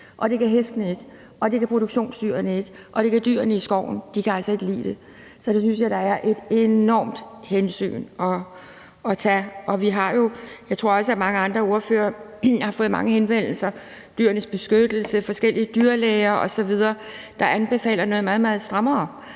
Og det kan hestene ikke, og det kan produktionsdyrene ikke, og det kan dyrene i skoven heller ikke. De kan altså ikke lide det. Så der synes jeg der er et enormt hensyn at tage. Og vi har jo fået mange henvendelser, og det tror jeg også at mange andre ordførere har, fra Dyrenes Beskyttelse, forskellige dyrlæger osv., der anbefaler noget meget, meget